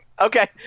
okay